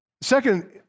Second